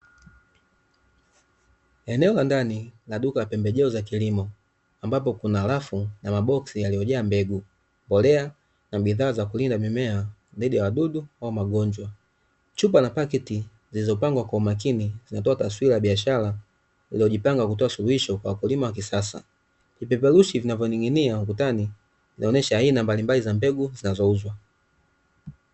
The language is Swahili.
Eneo la ndani la duka la pembejeo za kilimo ambapo kuna rafu ya maboksi yaliyojaa mbegu, mbolea na bidhaa za kulinda mimea dhidi ya wadudu au magonjwa. Chupa na pakiti zilizopangwa kwa umakini zinatoa taswira ya biashara iliyojipanga kutoa suluhisho kwa wakulia wa kisasa, vibebanishi vilivyoning’ingia dukani zinaonesha aina mbalimbali za mbegu zinazouzwa.